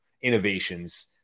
innovations